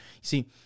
See